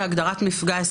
מפגע,